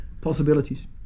possibilities